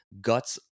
guts